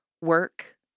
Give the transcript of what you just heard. work